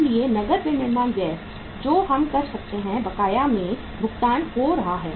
इसलिए नकद विनिर्माण व्यय जो हम कर सकते हैं बकाया में भुगतान हो रहा है